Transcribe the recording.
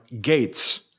gates